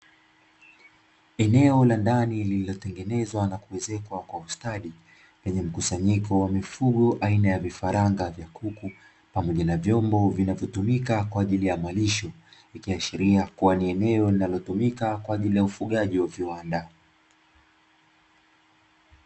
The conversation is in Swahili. Eneo la ndani lililotengenezwa na kuezekwa kwa ustadi, lenye mkusanyiko wa mifugo aina ya vifaranga vya kuku, pamoja na vyombo vinavyotumika kwa ajili ya malisho. Ikiashiria ni eneo linalotumika kwa ajili ya ufugaji wa viwanda.